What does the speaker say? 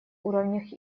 уровнях